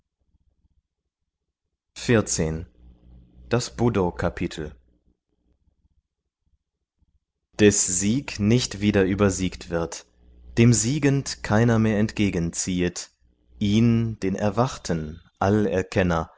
buddho kapitel des sieg nicht wieder übersiegt wird dem siegend keiner mehr entgegen ziehet ihn den erwachten